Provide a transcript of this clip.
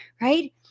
right